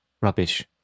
Rubbish